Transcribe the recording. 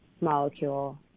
molecule